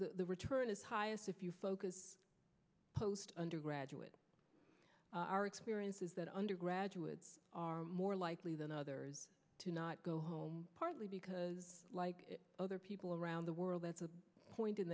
the return is highest if you focus post undergraduate are experiences that undergraduate are more likely than others to not go home partly because like other people around the world that's a point in